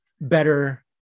Better